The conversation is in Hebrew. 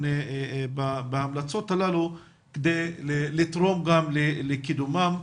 בהמלצות הללו כדי לתרום גם לקידומן.